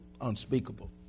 unspeakable